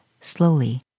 slowly